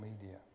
media